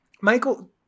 michael